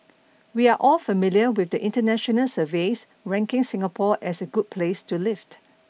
we're all familiar with the international surveys ranking Singapore as a good place to lived